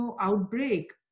outbreak